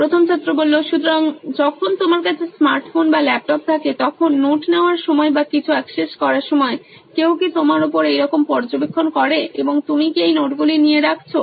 প্রথম ছাত্র সুতরাং যখন তোমার কাছে স্মার্ট ফোন বা ল্যাপটপ থাকে তখন নোট নেওয়ার সময় বা কিছু অ্যাক্সেস করার সময় কেউ কি তোমার ওপর এইরকম পর্যবেক্ষণ করে এবং তুমি কি এই নোটগুলি নিয়ে রাখছো